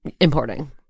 importing